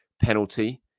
penalty